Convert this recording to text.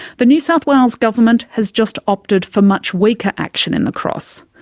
the new south wales government has just opted for much weaker action in the cross,